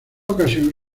ocasión